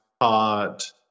taught